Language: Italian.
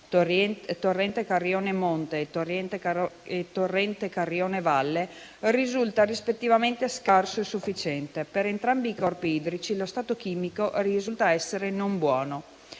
torrente Carrione monte e torrente Carrione valle, risulta rispettivamente scarso e sufficiente. Per entrambi i corpi idrici, lo stato chimico risulta essere non buono.